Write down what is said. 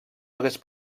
hagués